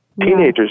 Teenagers